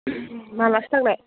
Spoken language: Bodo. मालासो थांनाय